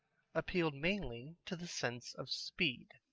appealed mainly to the sense of speed.